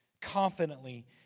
Confidently